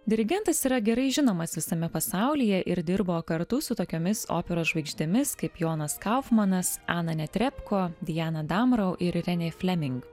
dirigentas yra gerai žinomas visame pasaulyje ir dirbo kartu su tokiomis operos žvaigždėmis kaip jonas kaufmanas ana netrepko diana damrou ir renei fleming